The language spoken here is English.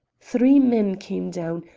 three men came down,